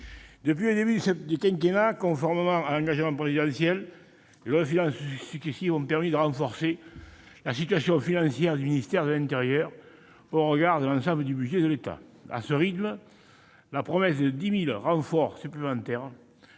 Depuis le début du quinquennat, conformément à l'engagement présidentiel, les lois de finances successives ont renforcé la situation financière du ministère de l'intérieur au regard de l'ensemble du budget de l'État. À ce rythme, la promesse de 10 000 renforts supplémentaires